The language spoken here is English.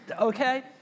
okay